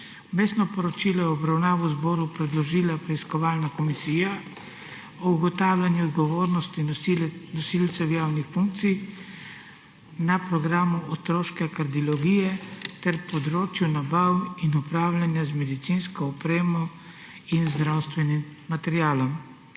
Pred nami je vmesno poročilo preiskovalne Komisije o ugotavljanju odgovornosti nosilcev javnih funkcij na programu otroške kardiologije ter področju nabav in upravljanja z medicinsko opremo in zdravstvenim materialom.